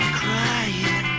crying